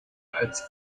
als